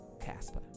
Casper